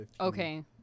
okay